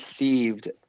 received